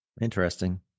Interesting